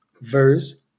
verse